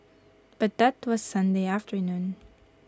but that was Sunday afternoon